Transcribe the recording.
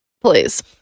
please